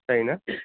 जायो ना